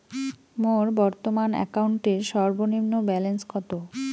মোর বর্তমান অ্যাকাউন্টের সর্বনিম্ন ব্যালেন্স কত?